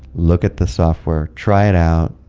look at the software, try it out,